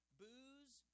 booze